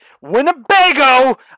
Winnebago